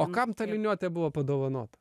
o kam ta liniuotė buvo padovanota